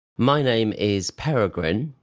my name is peregrine